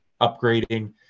upgrading